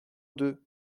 deux